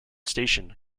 station